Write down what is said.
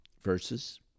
Verses